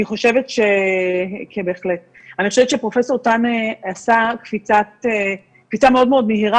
אני חושבת שפרופ' טנה עשה קפיצה מאוד מאוד מהירה